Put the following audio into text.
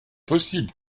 possible